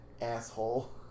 Asshole